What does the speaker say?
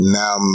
now